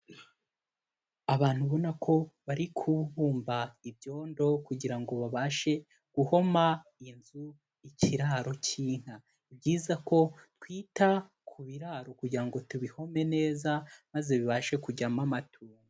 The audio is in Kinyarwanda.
Abantu ubona ko bari kubumba ibyondo kugira ngo babashe guhoma inzu ikiraro cy'inka. Ni byiza ko twita ku biraro kugira ngo tubihome neza maze bibashe kujyamo amatungo.